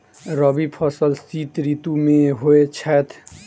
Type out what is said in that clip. रबी फसल शीत ऋतु मे होए छैथ?